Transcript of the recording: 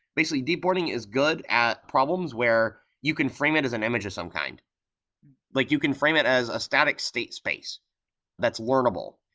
basically, de-boarding is good at problems where you can frame it as an image of some kind like you can frame it as a static state space that's learnable.